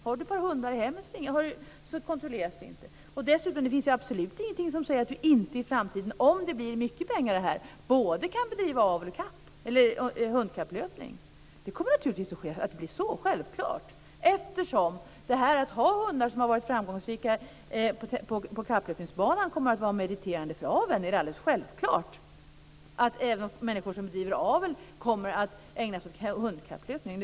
Har du ett par hundar i hemmet så kontrolleras det inte. Dessutom finns det absolut ingenting som säger att du inte i framtiden, om det blir pengar i det här, både kan bedriva avel och delta i hundkapplöpning. Det kommer naturligtvis att bli så. Eftersom det här med att ha hundar som har varit framgångsrika på kapplöpningsbanan kommer att vara meriterande för aveln är det alldeles självklart att även människor som bedriver avel kommer att ägna sig åt hundkapplöpning.